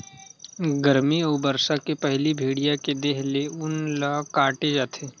गरमी अउ बरसा के पहिली भेड़िया के देहे ले ऊन ल काटे जाथे